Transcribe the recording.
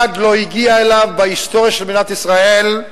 לא הגיע אליו בהיסטוריה של מדינת ישראל,